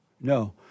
No